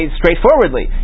straightforwardly